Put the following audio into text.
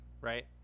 right